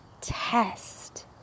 test